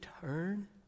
turn